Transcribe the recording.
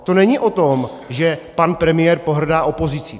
To není o tom, že pan premiér pohrdá opozicí.